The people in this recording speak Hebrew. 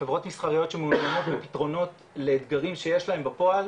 חברות מסחריות שמעוניינות בפתרונות לאתגרים שיש להן בפועל,